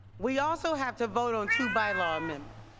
we also have to vote on two bylaw um